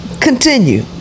Continue